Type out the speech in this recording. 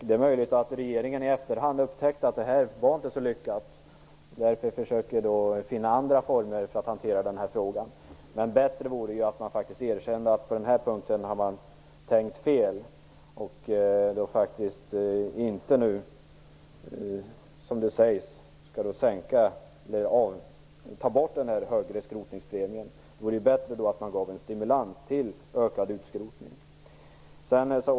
Det är möjligt att regeringen i efterhand har upptäckt att detta inte var så lyckat, och att man därför försöker finna andra former för att hantera frågan. Det vore bättre om regeringen kunde erkänna att man tänkt fel på denna punkt, och inte tog bort den högre skrotningspremien. Det vore bättre att ge en stimulans till ökad utskrotning.